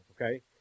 okay